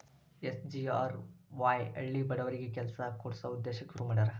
SGRY ಹಳ್ಳಿ ಬಡವರಿಗಿ ಕೆಲ್ಸ ಕೊಡ್ಸ ಉದ್ದೇಶಕ್ಕ ಶುರು ಮಾಡ್ಯಾರ